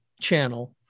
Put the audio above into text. channel